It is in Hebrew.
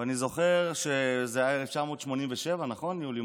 אני זוכר שזה היה 1987, נכון, יולי?